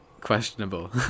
questionable